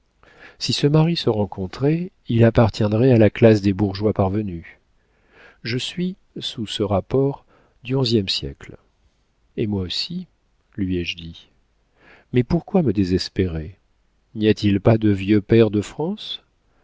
si ce mari se rencontrait il appartiendrait à la classe des bourgeois parvenus je suis sous ce rapport du onzième siècle et moi aussi lui ai-je dit mais pourquoi me désespérer ny a t il pas de vieux pairs de france